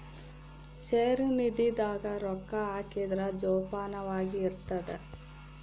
ಷೇರು ನಿಧಿ ದಾಗ ರೊಕ್ಕ ಹಾಕಿದ್ರ ಜೋಪಾನವಾಗಿ ಇರ್ತದ